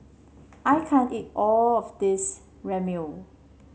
I can't eat all of this Ramyeon